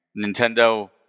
Nintendo